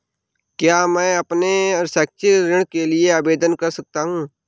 क्या मैं अपने शैक्षिक ऋण के लिए आवेदन कर सकता हूँ?